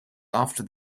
after